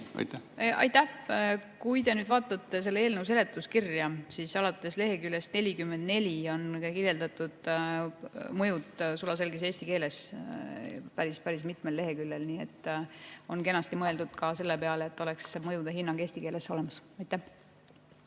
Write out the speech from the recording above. Aitäh! Kui te nüüd vaatate selle eelnõu seletuskirja, siis näete, et alates leheküljest 44 on kirjeldatud mõjud sulaselges eesti keeles päris mitmel leheküljel. Nii et on kenasti mõeldud ka selle peale, et oleks mõjude hinnang eesti keeles olemas. Aitäh!